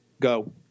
go